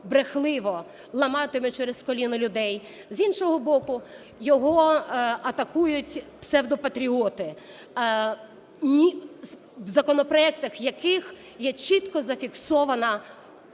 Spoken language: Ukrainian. брехливо ламатиме через коліно людей; з іншого боку, його атакують псевдопатріоти, в законопроектах яких є чітко зафіксована двомовність